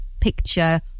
picture